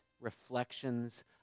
reflections